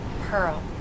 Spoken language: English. Pearl